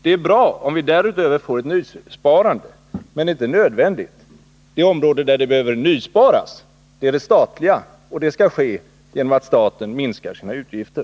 Det är bra om vi därutöver får ett nysparande, men det är inte nödvändigt. Det område där det behövs nysparande är det statliga, och det sparandet skall ske genom att staten minskar sina utgifter.